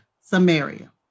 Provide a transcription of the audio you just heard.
Samaria